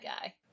guy